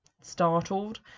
startled